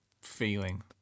feeling